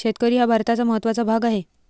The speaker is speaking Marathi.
शेतकरी हा भारताचा महत्त्वाचा भाग आहे